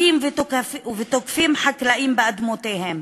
מכים ותוקפים חקלאים על אדמותיהם,